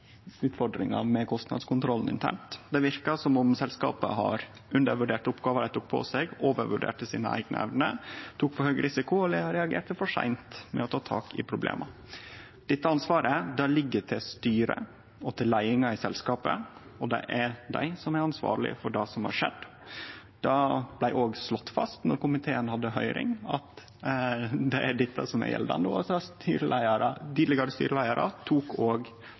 med kostnadskontrollen internt. Det verkar som om selskapet undervurderte oppgåva dei tok på seg, overvurderte sine eigne evner, tok for høg risiko og reagerte for seint med å ta tak i problema. Dette ansvaret ligg hos styret og leiinga i selskapet, og det er dei som er ansvarlege for det som har skjedd. Det blei slått fast då komiteen hadde høyring, at det er dette som gjeld, og tidlegare styreleiarar tok òg det ansvaret på seg. Det er viktig og